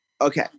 Okay